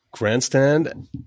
grandstand